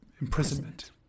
imprisonment